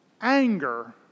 Anger